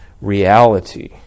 reality